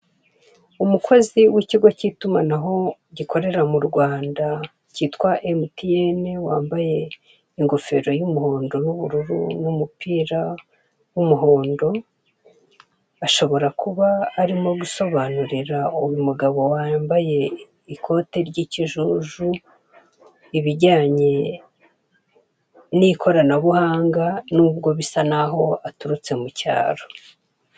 Umukozi w'ikigo cyitumanaho gukorera mu Rwanda cyitwa MTN, wambaye ingofero y'umuhondo n'ubururu n'umupira w'umuhondo, ashobora kuba ari gusobanurira uyu mugabo wambaye ikoti ry'ikijuju ibijyanye n'ikoranabuhanga nubwo bisa nkaho aturutse mu cyaro.